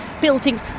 buildings